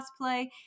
cosplay